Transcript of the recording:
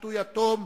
שפטו יתום,